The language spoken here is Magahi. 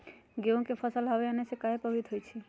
गेंहू के फसल हव आने से काहे पभवित होई छई?